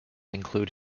include